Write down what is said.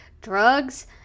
drugs